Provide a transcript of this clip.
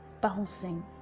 bouncing